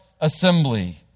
assembly